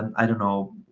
i don't know,